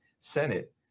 Senate